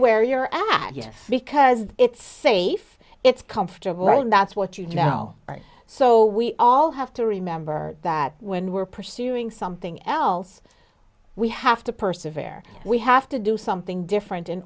where your ad yes because it's safe it's comfortable and that's what you now so we all have to remember that when we're pursuing something else we have to persevere we have to do something different in